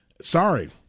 Sorry